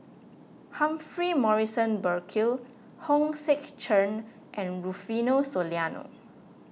Humphrey Morrison Burkill Hong Sek Chern and Rufino Soliano